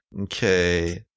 Okay